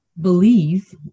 believe